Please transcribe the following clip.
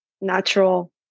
natural